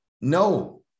No